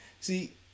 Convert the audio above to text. See